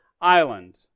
island